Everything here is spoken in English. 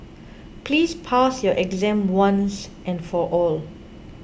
please pass your exam once and for all